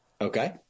okay